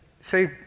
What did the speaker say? See